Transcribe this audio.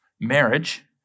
marriage